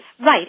Right